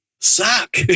suck